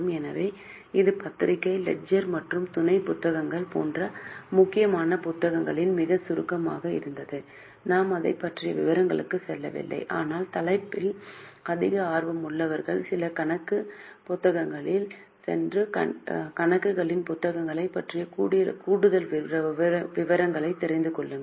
எனவே இது journal ledger மற்றும் துணை புத்தகங்கள் போன்ற முக்கியமான புத்தகங்களின் மிகச் சுருக்கமாக இருந்தது நாம் அதைப் பற்றிய விவரங்களுக்குச் செல்லவில்லை ஆனால் தலைப்பில் அதிக ஆர்வமுள்ளவர்கள் சில கணக்கு புத்தகங்களுக்குச் சென்று கணக்குகளின் புத்தகங்களைப் பற்றிய கூடுதல் விவரங்களை தெரிந்துகொள்ளுங்கள்